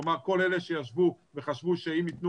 כלומר כל אלה שישבו וחשבו שאם יתנו